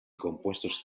compuestos